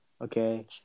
Okay